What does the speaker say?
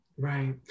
Right